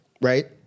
right